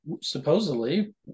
supposedly